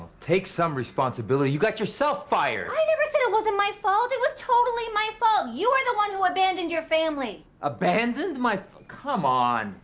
take some responsibility. you got yourself fired! i never said it wasn't my fault! it was totally my fault! you were the one who abandoned your family! abandoned my f come on.